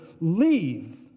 Leave